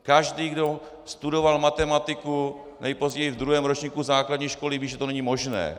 Každý, kdo studoval matematiku nejpozději v druhém ročníku základní školy ví, že to není možné.